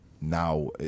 now